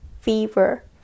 fever